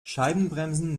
scheibenbremsen